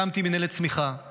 הקמתי מינהלת צמיחה,